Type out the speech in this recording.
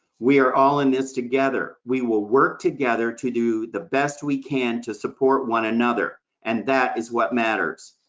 we are all in this together. we will work together to do the best we can to support one another, and that is what matters.